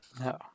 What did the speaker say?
no